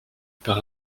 par